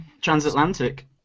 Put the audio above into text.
Transatlantic